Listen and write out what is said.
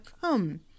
come